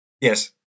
Yes